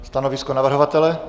Stanovisko navrhovatele?